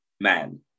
man